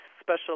special